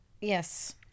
Yes